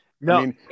No